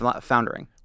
foundering